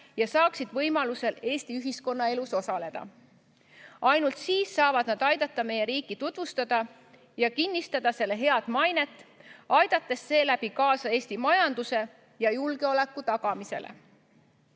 ja saaksid võimalusel Eesti ühiskonna elus osaleda. Ainult siis saavad nad aidata meie riiki tutvustada ja kinnistada selle head mainet, aidates seeläbi kaasa Eesti majanduse ja julgeoleku tagamisele. Selle